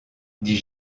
dit